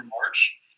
March